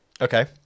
Okay